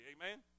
Amen